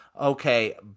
okay